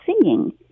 singing